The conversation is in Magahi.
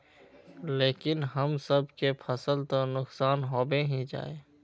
लेकिन हम सब के फ़सल तो नुकसान होबे ही जाय?